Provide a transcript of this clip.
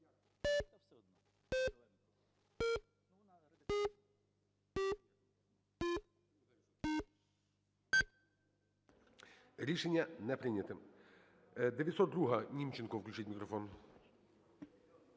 Рішення не прийнято. 902-а, Німченко. Включіть мікрофон.